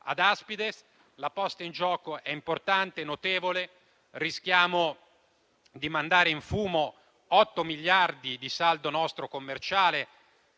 ad Aspides. La posta in gioco è importante, notevole. Rischiamo di mandare in fumo otto miliardi di nostro saldo commerciale: